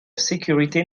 sécurité